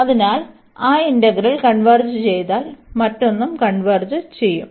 അതിനാൽ ആ integral converge ചെയ്താൽ മറ്റൊന്നുo കൺവെർജ് ചെയ്യും